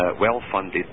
well-funded